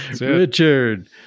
Richard